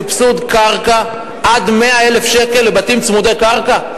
סבסוד קרקע עד 100,000 שקל לבתים צמודי קרקע?